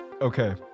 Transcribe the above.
Okay